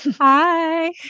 Hi